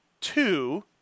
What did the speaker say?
Two